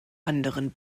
anderen